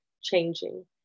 changing